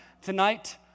tonight